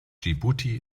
dschibuti